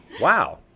Wow